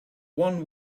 one